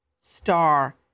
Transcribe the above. star